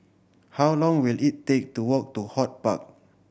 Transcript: how long will it take to walk to HortPark